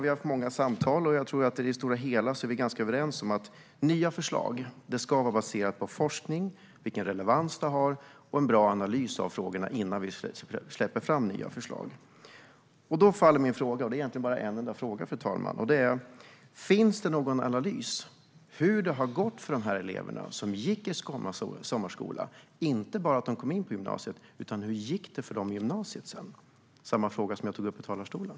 Vi har haft många samtal, och jag tror att i det stora hela är vi ganska överens om att nya förslag ska vara baserade på forskning, relevans och en bra analys av frågorna innan vi släpper fram dessa nya förslag. Därför blir min enda fråga, fru talman, om det finns någon analys av hur det har gått för de elever som gick i sommarskola, inte bara om de kom in på gymnasiet utan hur det sedan gick för dem i gymnasiet - alltså samma fråga som jag tog upp i talarstolen.